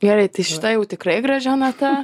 gerai tai šita jau tikrai gražia nata